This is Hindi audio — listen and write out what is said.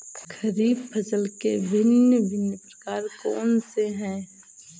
खरीब फसल के भिन भिन प्रकार कौन से हैं?